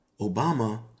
obama